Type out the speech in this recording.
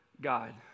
God